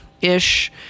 ish